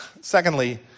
Secondly